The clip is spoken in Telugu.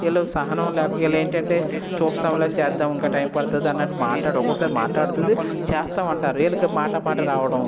వీళ్ళు సహనం లేక వీళ్ళేంటంటే చూస్తాంలే చేద్దాం ఇంకా టైమ్ పడుతుంది అన్నట్టు మాట్లాడి ఒక్కోసారి మాట్లాడతారు చేస్తాం అంటారు వీళ్ళకి మాట మాట రావడం